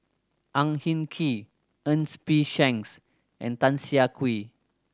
Ang Hin Kee Ernest P Shanks and Tan Siah Kwee